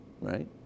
right